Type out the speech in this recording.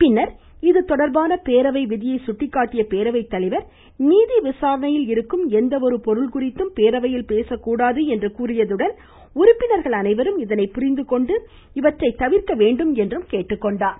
பின்னர் இது தொடர்பான பேரவை விதியை சுட்டிக்காட்டிய பேரவை தலைவர் நீதி விசாரணையில் இருக்கும் எந்தவொரு பொருள் குறித்தும் பேரவையில் பேசக்கூடாது என கூறியதுடன் உறுப்பினர்கள் அனைவரும் இதனை புரிந்துகொண்டு இவற்றை தவிர்க்க வேண்டும் என்றும் கேட்டுக்கொண்டார்